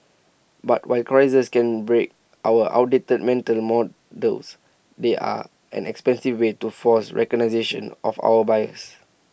but while crises can break our outdated mental models they are an expensive way to force of our biases